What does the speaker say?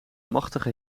machtige